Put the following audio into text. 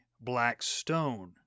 Blackstone